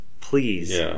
Please